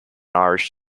irish